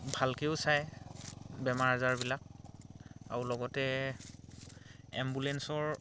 ভালকৈও চায় বেমাৰ আজাৰবিলাক আৰু লগতে এম্বুলেঞ্চৰ